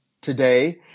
today